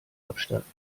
abstatten